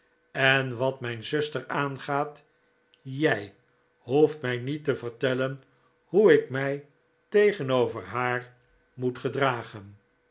en wat mijn zuster aangaat jij hoeft mij niet te vertellen hoe ik mij tegenover haar moet gedragen